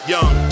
Young